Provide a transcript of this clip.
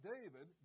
David